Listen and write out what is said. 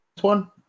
one